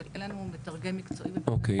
אבל אין לנו מתרגם מקצועי --- אוקיי.